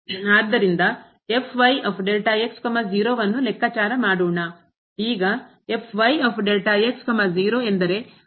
ಆದ್ದರಿಂದ ಅನ್ನು ಲೆಕ್ಕಾಚಾರ ಮಾಡೋಣ ಈಗ ಎಂದರೆ ಗೆ ಸಂಬಂಧಿಸಿದ ಭಾಗಶಃ ಉತ್ಪನ್ನವಾಗಿದೆ